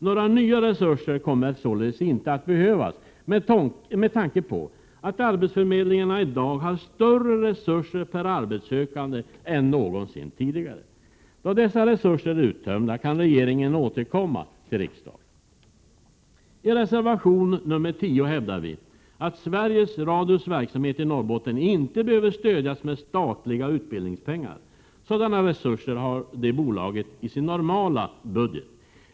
Några nya resurser kommer således inte att behövas med tanke på att arbetsförmedlingarna i dag har större resurser per arbetssökande än någonsin tidigare. Då dessa resurser är uttömda, kan regeringen återkomma till riksdagen. I reservation 10 hävdar vi att Sveriges Radios verksamhet i Norrbotten inte behöver stödjas med statliga utbildningspengar. Sådana resurser har det bolaget i sin normala budget.